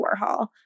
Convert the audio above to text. Warhol